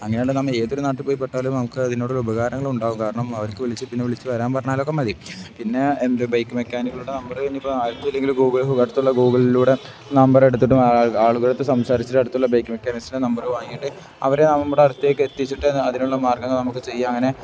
അങ്ങനെയുണ്ടെങ്കില് നമ്മല് ഏതൊരു നാട്ടില് പോയി പെട്ടാലും നമുക്ക് അതിനെക്കൊണ്ടൊരു ഉപകാരങ്ങൾ ഉണ്ടാവും കാരണം അവർക്കു വിളിച്ചു പിന്നെ വിളിച്ചു വരാൻ പറഞ്ഞാലൊക്കെ മതി പിന്നെ എന്ത് ബൈക്ക് മെക്കാനിക്കുകളുടെ നമ്പര് ഇനിയിപ്പോള് ആരുടെയടുത്തും ഇല്ലെങ്കില് ഗൂഗിൾ അടുത്തുള്ള ഗൂഗിളിലൂടെ നമ്പർ എടുത്തിട്ട് ആളുകളുടെയടുത്തു സംസാരിച്ചിട്ട് അടുത്തുള്ള ബൈക്ക് മെക്കാനിസ്റ്റിൻ്റെ നമ്പര് വാങ്ങിയിട്ട് അവരെ നമ്മുടെ അടുത്തേക്ക് എത്തിച്ചിട്ട് അതിനുള്ള മാര്ഗം നമുക്കു ചെയ്യാം അങ്ങനെ